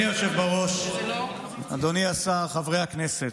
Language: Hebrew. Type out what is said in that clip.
בראש, אדוני השר, חברי הכנסת,